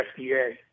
FDA